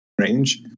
range